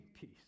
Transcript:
peace